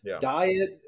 diet